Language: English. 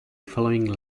following